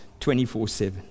24-7